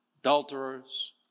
adulterers